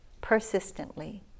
persistently